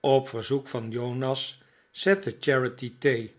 op verzoek van jonas zette charity thee